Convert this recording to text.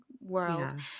world